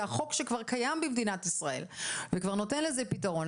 שהחוק שכבר קיים במדינת ישראל וכבר נותן לזה פתרון.